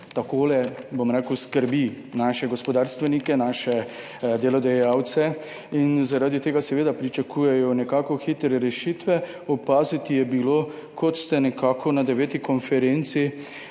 Takole, bom rekel, skrbi naše gospodarstvenike, naše delodajalce. Zaradi tega seveda pričakujejo hitre rešitve. Opaziti je bilo, kot ste na 9. konferenci